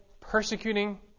persecuting